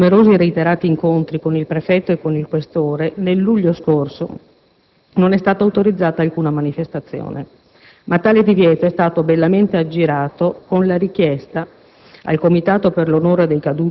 In effetti, dopo numerosi e reiterati incontri con il prefetto e il questore, nel luglio scorso, non è stata autorizzata alcuna manifestazione, ma tale divieto è stato bellamente aggirato con la richiesta al